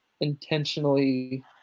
intentionally